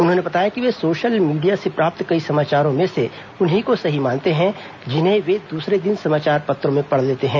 उन्होंने बताया वे सोशल मीडिया से प्राप्त कई समाचारों में से उन्हीं को सही मानते हैं जिसे वे दूसरे दिन समाचार पत्रों में पढ़ लेते हैं